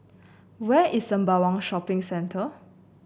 where is Sembawang Shopping Centre